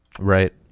Right